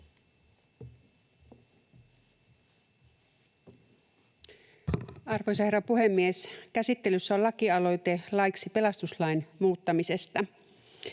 Arvoisa herra puhemies! Käsittelyssä on lakialoite laiksi pelastuslain muuttamisesta.